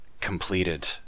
completed